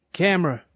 camera